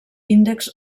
índex